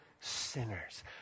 sinners